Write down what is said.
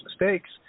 mistakes